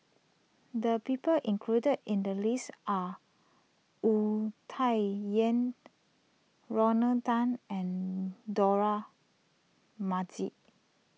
the people included in the list are Wu Tsai Yen Rodney Tan and Dollah Majid